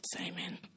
Amen